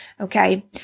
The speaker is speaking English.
okay